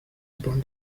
upon